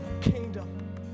kingdom